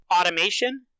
automation